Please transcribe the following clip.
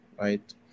right